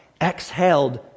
exhaled